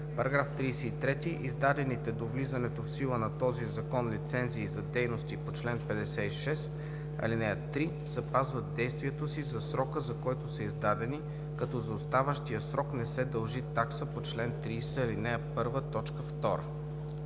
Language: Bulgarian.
§ 33: „§ 33. Издадените до влизането в сила на този закон лицензии за дейности по чл. 56, ал. 3 запазват действието си за срока, за който са издадени, като за оставащия срок не се дължи такса по чл. 30, ал.1, т.